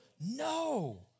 No